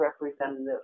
representative